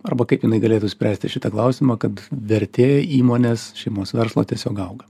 arba kaip jinai galėtų spręsti šitą klausimą kad vertė įmonės šeimos verslo tiesiog auga